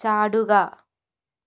ചാടുക